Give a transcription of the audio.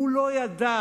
הוא לא ידע